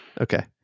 okay